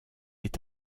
est